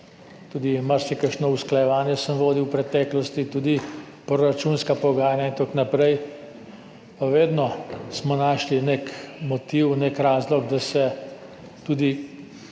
tudi marsikakšno usklajevanje sem vodil v preteklosti, tudi proračunska pogajanja in tako naprej, pa smo vedno našli nek motiv, nek razlog, da se tudi